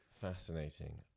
fascinating